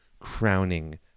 crowning